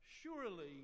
surely